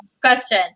question